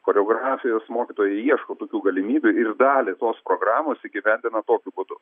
choreografijos mokytojai ieško tokių galimybių ir dalį tos programos įgyvendina tokiu būdu